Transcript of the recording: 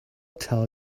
tell